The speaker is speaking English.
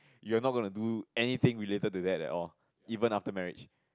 you are not going to do anything related to that at all even after marriage